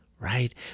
Right